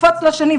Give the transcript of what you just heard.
יקפוץ לשני,